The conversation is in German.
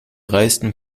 reichsten